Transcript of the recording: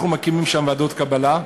אנחנו מקימים שם ועדות קבלה,